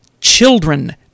Children